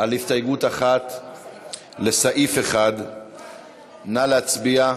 על הסתייגות 1 לסעיף 1. נא להצביע.